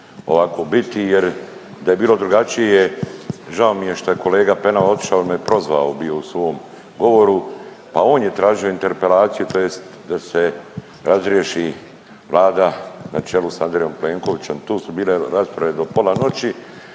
ovako biti jer da je bilo drugačije, žao mi je što je kolega Penava otišao jer me je prozvao bio u svom govoru, a on je tražio interpelaciju tj. da se razriješi Vlada na čelu s Andrejom Plenkovićem. Tu su bile rasprave do pola noći,